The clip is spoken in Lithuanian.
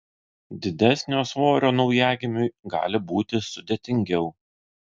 didesnio svorio naujagimiui gali būti sudėtingiau